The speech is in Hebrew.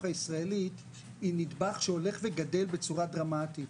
הישראלית היא נדבך שהולך וגדל בצורה דרמטית.